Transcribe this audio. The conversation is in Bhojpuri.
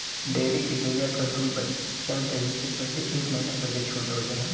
डेयरी के गइया क दूध बच्चा देवे के पहिले एक महिना पहिले छोड़ देवल जाला